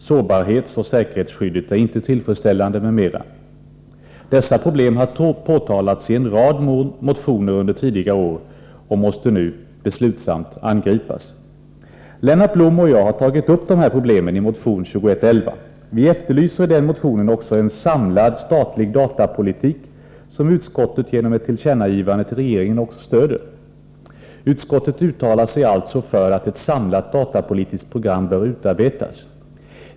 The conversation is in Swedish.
Sårbarhetsoch säkerhetsskyddet är inte tillfredsställande m.m. Dessa problem har påtalats i en rad motioner under tidigare år och måste nu beslutsamt angripas. Lennart Blom och jag har tagit upp de här problemen i motion 2111. Vi efterlyser i den motionen också en samlad statlig datapolitik, som utskottet genom ett tillkännagivande till regeringen också stöder. Utskottet uttalar sig alltså för att ett samlat datapolitiskt program bör utarbetas.